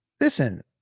listen